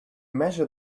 measure